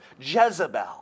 Jezebel